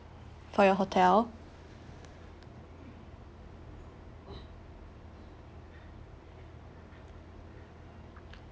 for your hotel